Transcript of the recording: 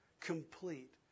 complete